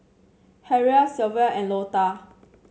Harrell Sylva and Lota